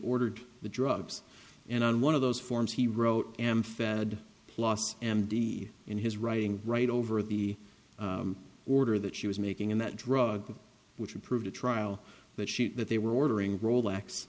ordered the drugs and on one of those forms he wrote am fed lost and d in his writing write over the order that she was making in that drug which approved a trial that sheet that they were ordering rolex